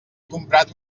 comprat